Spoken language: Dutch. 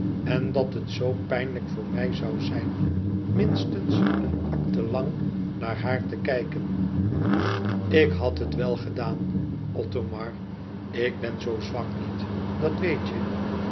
en dat het zoo pijnlijk voor mij zoû zijn minstens een acte lang naar haar te kijken ik had het wel gedaan othomar ik ben zoo zwak niet dat weet je